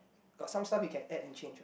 got some stuff you can add and change what